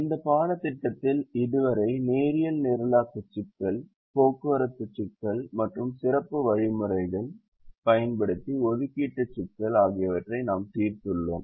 இந்த பாடத்திட்டத்தில் இதுவரை நேரியல் நிரலாக்க சிக்கல் போக்குவரத்து சிக்கல் மற்றும் சிறப்பு வழிமுறைகளைப் பயன்படுத்தி ஒதுக்கீடு சிக்கல் ஆகியவற்றை நாம் தீர்த்துள்ளோம்